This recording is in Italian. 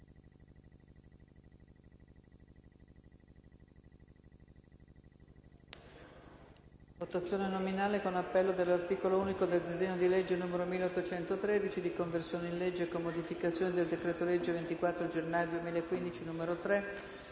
votazione nominale con appello dell'articolo unico del disegno di legge n. 1813, di conversione in legge, con modificazioni, del decreto-legge 24 gennaio 2015, n. 3,